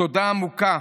תודה עמוקה.